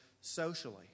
socially